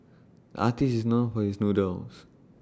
artist is known for his doodles